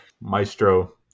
maestro